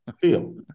feel